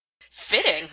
Fitting